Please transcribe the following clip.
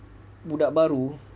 budak baru